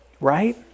Right